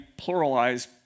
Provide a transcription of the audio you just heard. pluralize